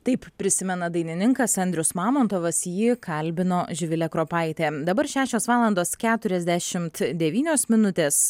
taip prisimena dainininkas andrius mamontovas jį kalbino živilė kropaitė dabar šešios valandos keturiasdešimt devynios minutės